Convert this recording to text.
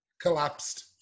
Collapsed